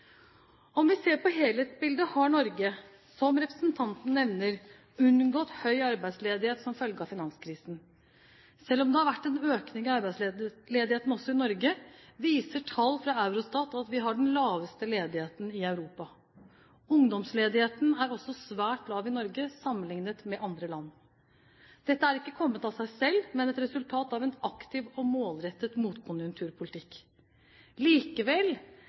Om vi ser på helhetsbildet, har Norge, som representanten nevner, unngått høy arbeidsledighet som følge av finanskrisen. Selv om det har vært en økning i arbeidsledigheten også i Norge, viser tall fra Eurostat at vi har den laveste ledigheten i Europa. Ungdomsledigheten er også svært lav i Norge sammenliknet med andre land. Dette er ikke kommet av seg selv, men er et resultat av en aktiv og målrettet motkonjunkturpolitikk. Likevel,